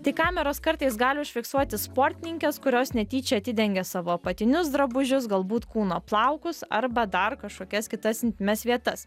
tai kameros kartais gali užfiksuoti sportininkes kurios netyčia atidengė savo apatinius drabužius galbūt kūno plaukus arba dar kažkokias kitas intymias vietas